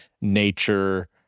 nature